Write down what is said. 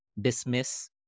dismiss